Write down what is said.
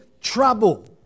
trouble